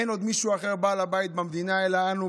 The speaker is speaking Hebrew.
אין עוד מישהו אחר בעל הבית במדינה אלא אנו,